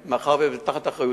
מאחר שהמשטרה היא תחת אחריותי,